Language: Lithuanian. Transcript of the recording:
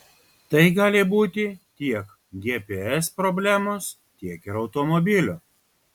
tai gali būti tiek gps problemos tiek ir automobilio